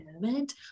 moment